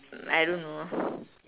I don't know